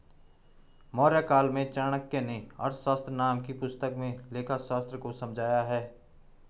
मौर्यकाल में चाणक्य नें अर्थशास्त्र नाम की पुस्तक में लेखाशास्त्र को समझाया है